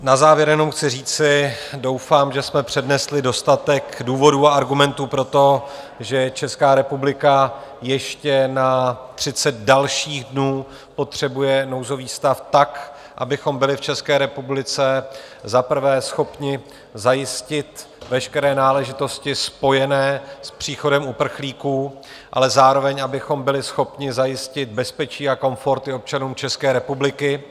Na závěr jenom chci říci, doufám, že jsme přednesli dostatek důvodů a argumentů pro to, že Česká republika ještě na 30 dalších dnů potřebuje nouzový stav, tak abychom byli v České republice za prvé schopni zajistit veškeré náležitosti spojené s příchodem uprchlíků, ale zároveň abychom byli schopni zajistit bezpečí a komfort i občanům České republiky.